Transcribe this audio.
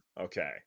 Okay